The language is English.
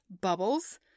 Bubbles